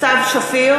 סתיו שפיר,